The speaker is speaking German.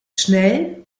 schnell